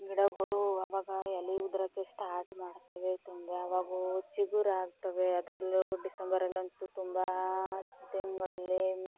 ಗಿಡಗಳು ಆವಾಗ ಎಲೆ ಉದುರೋಕೆ ಸ್ಟಾರ್ಟ್ ಮಾಡ್ತವೆ ತುಂಬ ಆವಾಗೋ ಚಿಗುರಾಗ್ತವೆ ಅದರಲ್ಲೂ ಡಿಸೆಂಬರಲ್ಲಂತೂ ತುಂಬ ತಿಂಗಳಲ್ಲಿ